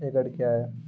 एकड कया हैं?